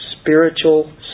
spiritual